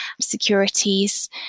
securities